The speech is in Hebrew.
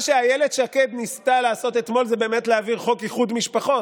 מה שאילת שקד ניסתה לעשות אתמול זה באמת להעביר חוק איחוד משפחות.